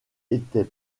était